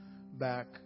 back